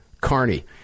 Carney